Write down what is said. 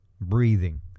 breathing